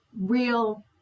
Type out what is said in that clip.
real